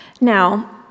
Now